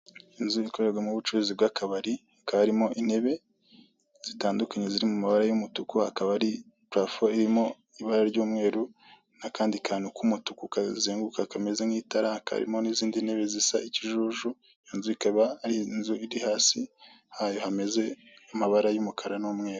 Inzu ikorerwamo ubucuruzi bw'akabari, hakaba harimo intebe zitandukanye ziri mu mabara y'umutuku, hakaba hari parafo irimo ibara ry'umweru n'akandi kantu k'umutuku kazenguruka kameze nk'itara, hakaba harimo n'izindi ntebe zisa ikijuju, iyo nzu ikaba ari inzu iri hasi hayo hameze nk'amabara y'umukara n'umweru.